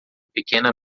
pequena